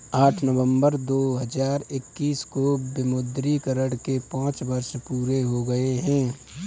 आठ नवंबर दो हजार इक्कीस को विमुद्रीकरण के पांच वर्ष पूरे हो गए हैं